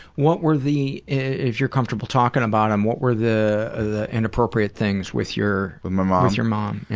what were the if you're comfortable talking about them, and what were the the inappropriate things with your with my mom? with your mom, yeah